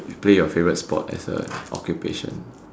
you play your favourite sport as a occupation